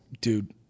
dude